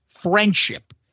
friendship